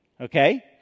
Okay